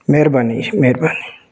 ਮਿਹਰਬਾਨੀ ਜੀ ਮਿਹਰਬਾਨੀ